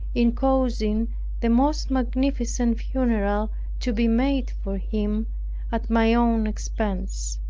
in causing the most magnificent funeral to be made for him at my own expense.